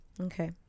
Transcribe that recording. Okay